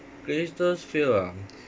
greatest fear ah